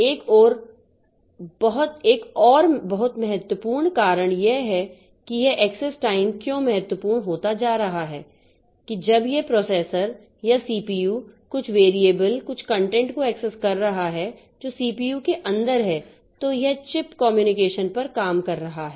एक और बहुत महत्वपूर्ण कारण यह है कि यह एक्सेस टाइम क्यों महत्वपूर्ण होता जा रहा है कि जब यह प्रोसेसर या सीपीयू कुछ वैरिएबल कुछ कंटेंट को एक्सेस कर रहा है जो सीपीयू के अंदर हैं तो यह चिप कम्युनिकेशन पर काम कर रहा है